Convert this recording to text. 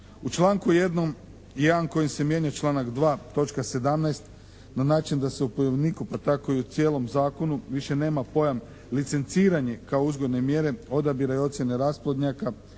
U članku 1. koji se mijenja članak 2. točka 17. na način da se u …/Govornik se ne razumije./… pa tako i u cijelom zakonu više nema pojam licenciranje kao uzgojne mjere, odabira i ocjene rasplodnjaka